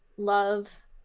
love